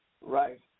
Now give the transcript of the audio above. Right